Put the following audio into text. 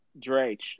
Drake